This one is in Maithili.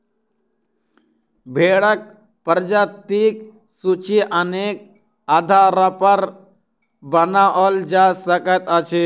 भेंड़क प्रजातिक सूची अनेक आधारपर बनाओल जा सकैत अछि